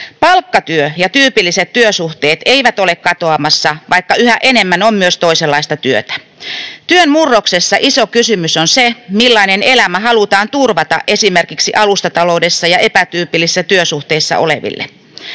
Palkkatyö ja tyypilliset työsuhteet eivät ole katoamassa, vaikka yhä enemmän on myös toisenlaista työtä. Työn murroksessa iso kysymys on se, millainen elämä halutaan turvata esimerkiksi alustataloudessa ja epätyypillisissä työsuhteissa oleville.